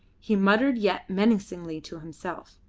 he muttered yet menacingly to himself,